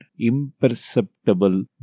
imperceptible